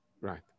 right